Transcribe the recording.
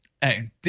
Hey